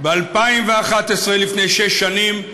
לפני שש שנים,